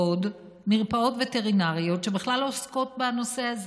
מרפאות וטרינריות שבכלל עוסקות בנושא הזה.